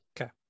Okay